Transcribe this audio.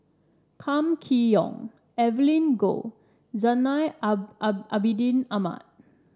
Kam Kee Yong Evelyn Goh Zainal Abidin Ahmad